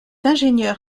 ingénieur